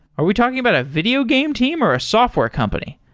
are we talking about a videogame team or a software company?